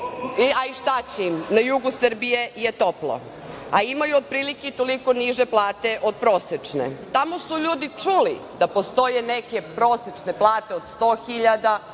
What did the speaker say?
A i šta će im? Na jugu Srbije je toplo. A imaju otprilike i toliko niže plate od prosečne. Tamo su ljudi čuli da postoje neke prosečne plate od 100